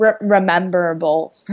rememberable